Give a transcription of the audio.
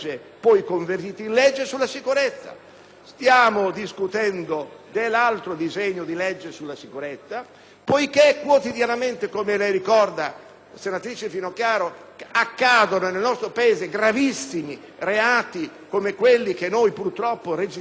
Stiamo discutendo di un disegno di legge sulla sicurezza poiché quotidianamente, come lei ricorda, senatrice Finocchiaro, accadono nel nostro Paese gravissimi reati come quelli che noi purtroppo registriamo continuamente di violenza sessuale.